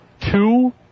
two